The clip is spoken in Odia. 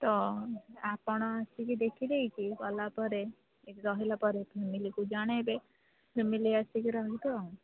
ତ ଆପଣ ଆସିକି ଦେଖିଦେଇକି ଗଲାପରେ ଏଇଠି ରହିଲା ପରେ ଫାମିଲିକୁ ଜଣାଇବେ ଫାମିଲି ଆସିକି ରହିବେ ଆଉ